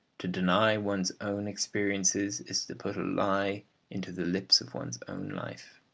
to deny one's own experiences is to put a lie into the lips of one's own life.